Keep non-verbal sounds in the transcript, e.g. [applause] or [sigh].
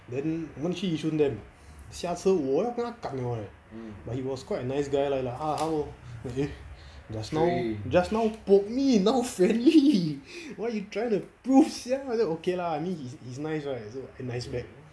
then 我们去 yishun dam 下车我要跟他 gan liao eh but he was quite a nice guy lah like 他他问 eh just now just now poke me now friendly [laughs] why you trying to prove sia I say okay lah I mean he's he's nice right so I nice back